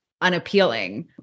unappealing